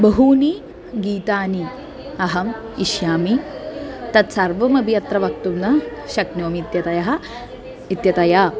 बहूनि गीतानि अहम् इच्छामि तत्सर्वमपि अत्र वक्तुं न शक्नोमि इत्यतयः इत्यतया